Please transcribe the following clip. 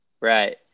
Right